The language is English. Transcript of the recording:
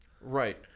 Right